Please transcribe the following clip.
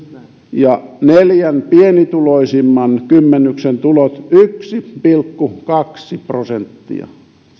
ja neljän pienituloisimman kymmenyksen tulot yksi pilkku kaksi prosenttia